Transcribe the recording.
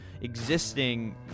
existing